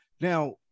now